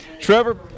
Trevor